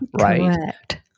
right